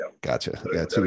Gotcha